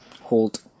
hold